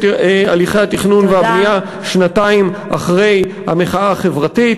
הליכי התכנון והבנייה שנתיים אחרי המחאה החברתית.